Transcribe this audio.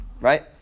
Right